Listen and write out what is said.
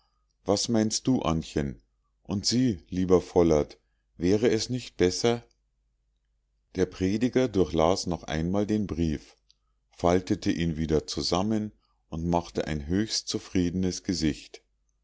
was meinst du annchen und sie lieber vollert wär es nicht besser der prediger durchlas noch einmal den brief faltete ihn wieder zusammen und machte ein höchst zufriedenes gesicht